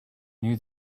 knew